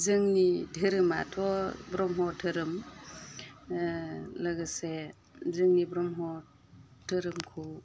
जोंनि धोरोमाथ' ब्रह्म धोरोम लोगोसे जोंनि ब्रह्म धोरोमखौ